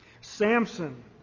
Samson